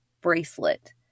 bracelet